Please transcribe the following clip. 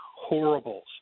horribles